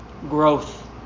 Growth